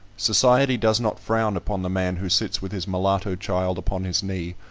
society does not frown upon the man who sits with his mulatto child upon his knee,